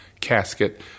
casket